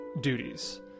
duties